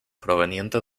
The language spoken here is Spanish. proveniente